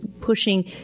pushing